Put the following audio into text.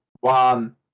one